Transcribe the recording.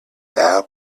now